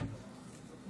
היושב-ראש.